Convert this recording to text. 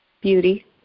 beauty